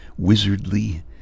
wizardly